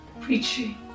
Preaching